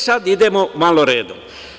Sada idemo malo redom.